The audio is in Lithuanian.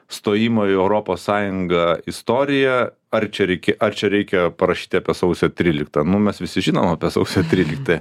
stojimo į europos sąjungą istoriją ar čia reikia ar čia reikia parašyti apie sausio tryliktą nu mes visi žinom apie sausio tryliktąją